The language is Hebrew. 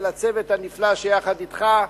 ולצוות הנפלא שיחד אתך,